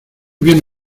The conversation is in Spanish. bien